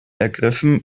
ergriffen